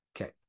Okay